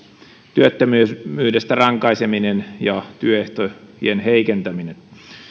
työttömyydestä rankaiseminen ja työehtojen heikentäminen